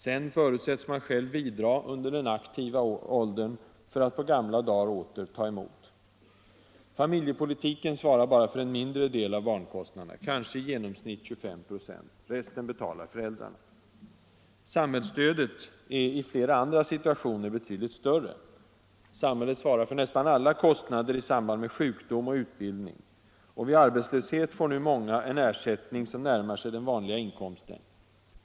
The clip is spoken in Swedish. Sedan förutsätts man själv bidra under den aktiva åldern, för att på gamla dar åter ta emot. Familjepolitiken svarar bara för en mindre del av barnkostnaderna, kanske i genomsnitt 25 96. Resten betalar föräldrarna. Samhällsstödet är i flera andra situationer betydligt större. Samhället svarar för nästan alla kostnader i samband med sjukdom och utbildning. Och vid arbetslöshet får nu många ett stöd som närmar sig den vanliga inkomsten.